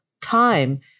time